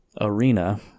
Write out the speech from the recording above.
arena